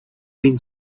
been